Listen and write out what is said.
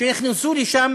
שנכנסו לשם